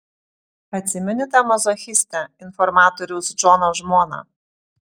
atsimeni tą mazochistę informatoriaus džono žmoną